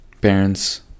parents